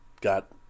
got